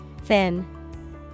Thin